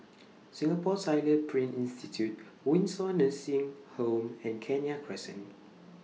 Singapore Tyler Print Institute Windsor Nursing Home and Kenya Crescent